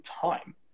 time